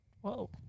Whoa